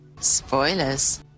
spoilers